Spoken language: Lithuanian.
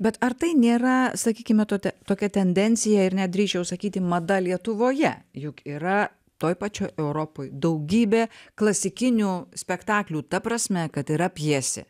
bet ar tai nėra sakykime tota tokia tendencija ir net drįsčiau sakyti mada lietuvoje juk yra toj pačioj europoj daugybė klasikinių spektaklių ta prasme kad yra pjesė